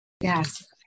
Yes